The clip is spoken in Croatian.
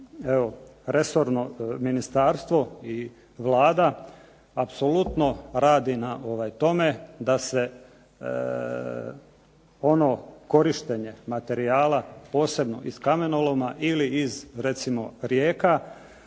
resorno ministarstvo i Vlada apsolutno radi na tome da se ono korištenje materijala posebno iz kamenoloma ili iz recimo